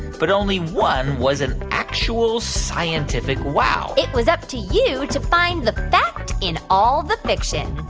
but only one was an actual scientific wow it was up to you to find the fact in all the fiction.